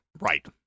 Right